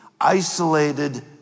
isolated